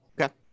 Okay